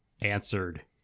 answered